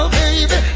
baby